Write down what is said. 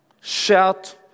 Shout